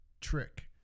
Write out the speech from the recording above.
Trick